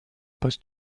poste